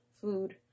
food